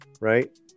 right